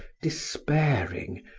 despairing,